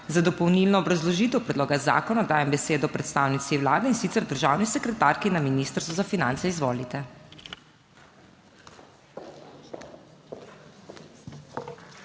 Za dopolnilno obrazložitev predloga zakona dajem besedo predstavnici Vlade, magistri Katji Božič, državni sekretarki na Ministrstvu za finance. Izvolite.